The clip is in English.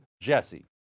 JESSE